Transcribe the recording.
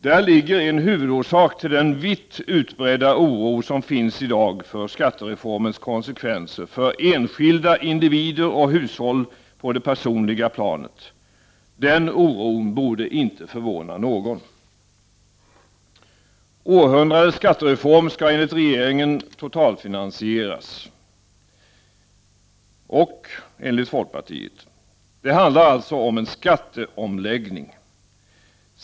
Där finns en huvudorsak till den vitt utbredda oron i dag för skattereformens konsekvenser för enskilda individer och hushåll på det personliga planet. Den oron borde inte förvåna någon! Århundradets skattereform skall enligt regeringen och folkpartiet totalfinansieras. Det handlar alltså om en skatteomläggning.